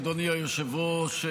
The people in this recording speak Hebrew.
אדוני היושב-ראש,